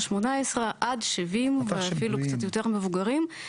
18 עד 70 ואפילו קצת יותר מבוגרים,